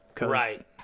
Right